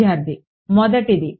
విద్యార్థి మొదటిది